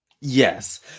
Yes